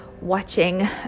watching